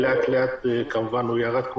לאט-לאט הוא כמובן ירד.